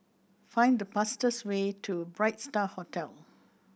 find the fastest way to Bright Star Hotel